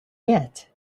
yet